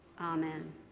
Amen